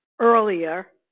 earlier